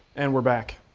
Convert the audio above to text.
and we're back.